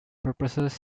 purposes